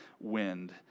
wind